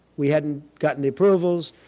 we hadn't gotten the approvals.